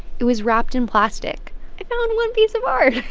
it was wrapped in plastic i found one piece of art